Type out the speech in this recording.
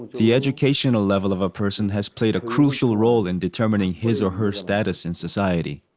the educational level of a person has played a crucial role in determining his or her status in society.